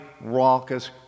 raucous